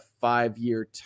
five-year